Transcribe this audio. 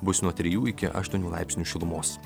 bus nuo trijų iki aštuonių laipsnių šilumos